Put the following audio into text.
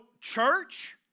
church